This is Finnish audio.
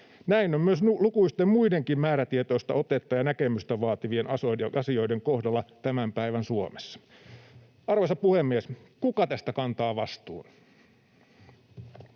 Näin on myös lukuisten muiden määrätietoista otetta ja näkemystä vaativien asioiden kohdalla tämän päivän Suomessa. Arvoisa puhemies, kuka tästä kantaa vastuun?